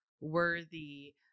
worthy